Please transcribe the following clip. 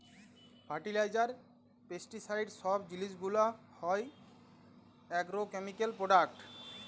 fertiliser, pesticide সব জিলিস গুলা হ্যয় আগ্রকেমিকাল প্রোডাক্ট